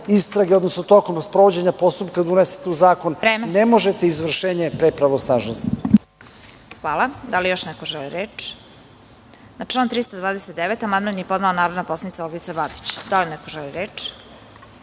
istrage odnosno tokom sprovođenja postupka da unesete u zakon. Ne možete izvršenje pre pravosnažnosti. **Vesna Kovač** Da li još neko želi reč? Na član 329. amandman je podnela narodna poslanica Olgica Batić. Da li neko želi reč? Na